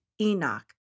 Enoch